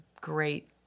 great